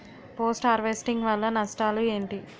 Post harvesting వల్ల నష్టాలు ఏంటి?